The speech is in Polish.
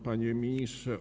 Panie Ministrze!